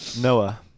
Noah